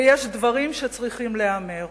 ויש דברים שצריכים להיאמר.